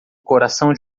coração